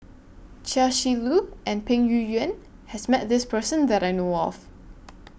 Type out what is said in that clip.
Chia Shi Lu and Peng Yuyun has Met This Person that I know of